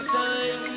time